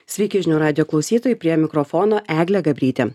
sveiki žinių radijo klausytojai prie mikrofono eglė gabrytė